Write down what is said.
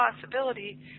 possibility